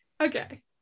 Okay